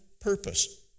purpose